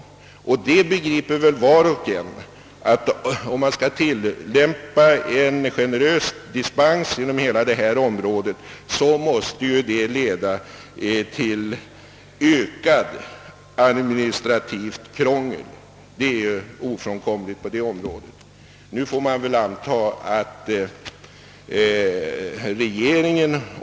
Var och en begriper väl att en generös tillämpning av dispensförfarandet inom hela detta område måste leda till ökat administrativt krångel, det är ofrånkomligt.